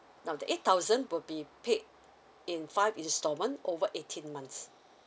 now the eight thousand will be paid in five installment over eighteen months